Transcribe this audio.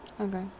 Okay